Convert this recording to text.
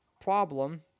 problem